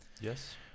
yes